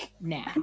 Now